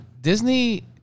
Disney